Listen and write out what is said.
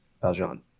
Valjean